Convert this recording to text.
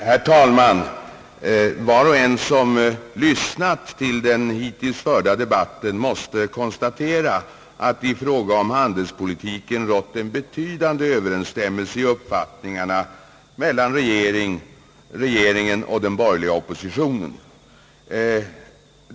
Herr talman! Var och en som lyssnat till den hittills förda debatten måste konstatera att det i fråga om handelspolitiken rått en betydande överensstämmelse i uppfattningarna mellan regeringen och den borgerliga oppositionen.